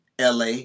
LA